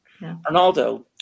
Ronaldo